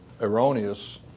erroneous